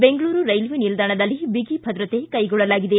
Bengaluru railway ನಿಲ್ದಾಣದಲ್ಲಿ ಬಿಗಿ ಭದ್ರತೆ ಕೈಗೊಳ್ಳಲಾಗಿದೆ